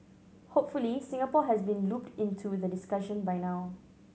hopefully Singapore has been looped into the discussion by now